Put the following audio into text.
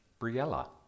Briella